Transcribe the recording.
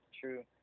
True